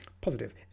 positive